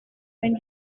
when